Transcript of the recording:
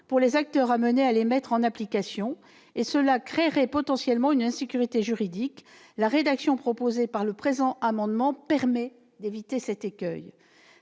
pour les acteurs appelés à les mettre en application. En résulterait, potentiellement, une insécurité juridique. La rédaction proposée à travers le présent amendement permet d'éviter cet écueil.